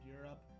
Europe